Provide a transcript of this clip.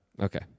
Okay